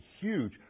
huge